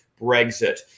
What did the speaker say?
Brexit